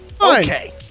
Okay